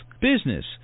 business